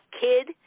kid